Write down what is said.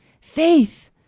faith